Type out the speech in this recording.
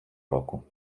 року